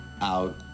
out